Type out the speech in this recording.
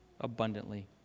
abundantly